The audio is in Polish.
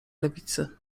lewicy